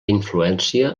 influència